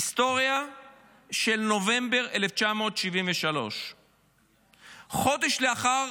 היסטוריה של נובמבר 1973. חודש לאחר